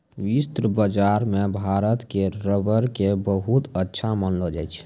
विश्व बाजार मॅ भारत के रबर कॅ बहुत अच्छा मानलो जाय छै